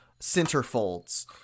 centerfolds